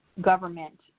government